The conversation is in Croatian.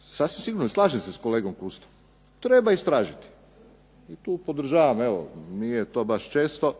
sasvim sigurno i slažem se sa kolegom Kunstom, treba istražiti. I tu podržavam. Nije tu baš često